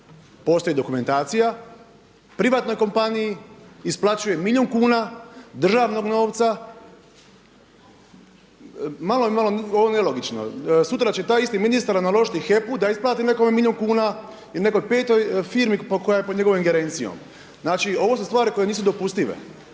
postoji dokumentacija, privatnoj kompaniji isplaćuje milijun kuna državnog novca, malo je ovo nelogično. Sutra će taj isti ministar naložiti HEP-u da isplati nekome milijun kuna ili nekoj petoj firmi koja je pod njegovom ingerencijom. Znači ovo su stvari koje nisu dopustive.